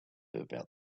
about